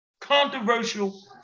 controversial